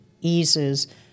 eases